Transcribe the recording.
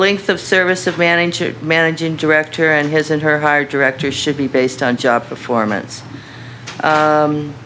length of service of manning managing director and his and her higher director should be based on job performance